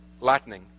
lightning